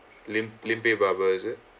lim~ limpeh barber is it